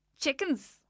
chickens